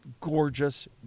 gorgeous